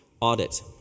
audit